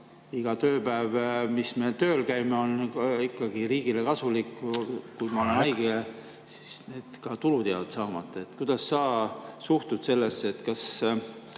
iga tööpäev, mis me tööl käime, on ikkagi riigile kasulikud. Kui ma olen haige, siis need tulud jäävad saamata. Kuidas sa suhtud sellesse? Kas